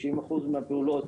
90 אחוזים מהפעולות,